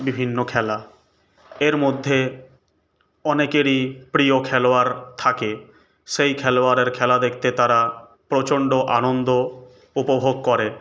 বিভিন্ন খেলা এর মধ্যে অনেকেরই প্রিয় খেলোয়াড় থাকে সেই খেলোয়াড়ের খেলা দেখতে তারা প্রচণ্ড আনন্দ উপভোগ করে